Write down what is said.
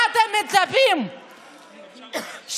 מה אתם מצפים שיקרה?